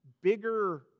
bigger